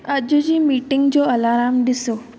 अॼु जी मीटिंग जो अलाराम ॾिसो